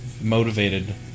motivated